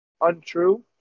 untrue